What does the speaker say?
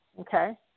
Okay